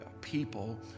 people